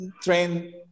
train